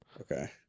Okay